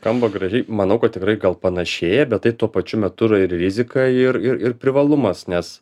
skamba gražiai manau kad tikrai kad panašėja bet tuo pačiu metu yra ir rizika ir ir ir privalumas nes